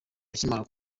akimara